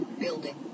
building